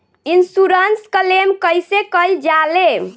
Insurance claim कइसे कइल जा ले?